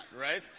right